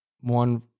one